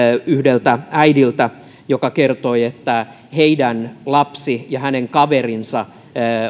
yhdeltä äidiltä joka kertoi että heidän lapsensa ja hänen kaverinsa